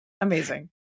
Amazing